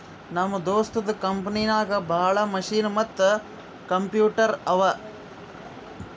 ನಮ್ ದೋಸ್ತದು ಕಂಪನಿನಾಗ್ ಭಾಳ ಮಷಿನ್ ಮತ್ತ ಕಂಪ್ಯೂಟರ್ ಅವಾ